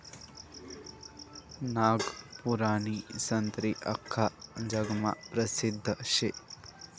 नागपूरनी संत्री आख्खा जगमा परसिद्ध शे